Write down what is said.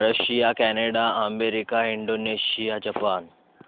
Russia Canada America Indonesia Japan